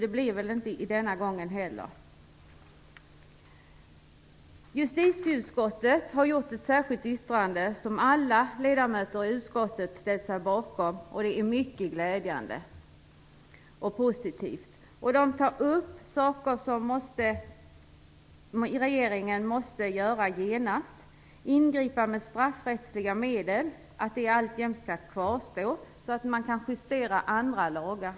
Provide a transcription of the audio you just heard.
Därför blir väl detta inte aktuellt den här gången heller. Justitieutskottet har ett särskilt yttrande som alla ledamöter i utskottet ställt sig bakom. Detta är mycket glädjande och positivt. Man tar upp saker som regeringen genast måste göra. Det gäller att ingripande med straffrättsliga medel alltjämt skall kvarstå, så att man kan justera andra lagar.